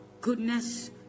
goodness